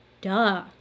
Duh